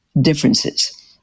differences